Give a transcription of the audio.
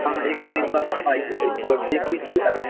हाँ हाँ एक दो दिन बाद आप आइए इसको आप देख लीजिए अगर